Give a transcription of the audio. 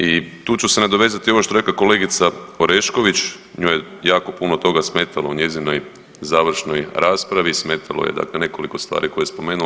I tu ću se nadovezati ovo što je rekla kolegica Orešković, njoj je jako puno toga smetalo u njezinoj završnoj raspravi, smetalo je dakle nekoliko stvari koje je spomenula.